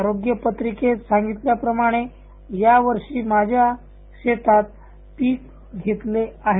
आरोग्यपत्रिकेत सांगितल्याप्रमाणे यावर्षी माझ्या शेतात पीक घेतल आहे